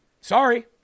Sorry